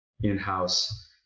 in-house